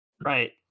right